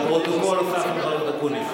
לפרוטוקול, הוספנו את חבר הכנסת אקוניס.